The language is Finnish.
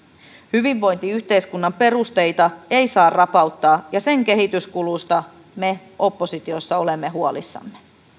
hyvinvointiyhteiskunnan perusteita ei saa rapauttaa ja sen kehityskulusta me oppositiossa olemme huolissamme